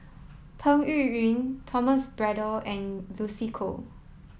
Peng Yuyun Thomas Braddell and Lucy Koh